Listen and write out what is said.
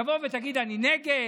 תבוא ותגיד: אני נגד.